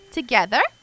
Together